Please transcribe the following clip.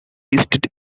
listed